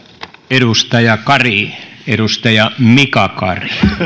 edustaja kari edustaja mika kari